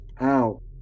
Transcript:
Ow